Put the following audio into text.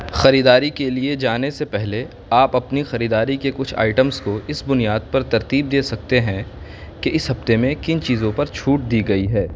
خریداری کے لیے جانے سے پہلے آپ اپنی خریداری کے کچھ آئٹمز کو اس بنیاد پر ترتیب دے سکتے ہیں کہ اس ہفتے میں کن چیزوں پر چھوٹ دی گئی ہے